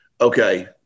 okay